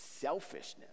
selfishness